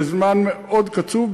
לזמן מאוד קצוב,